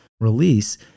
release